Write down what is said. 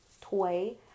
toy